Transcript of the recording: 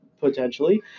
potentially